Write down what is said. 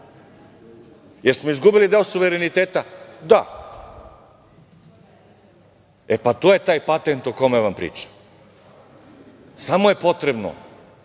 Jesmo izgubili deo suvereniteta? Da. E, pa to je taj patent o kome vam pričam. Samo je potrebno